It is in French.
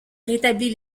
rétablit